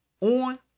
on